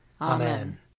Amen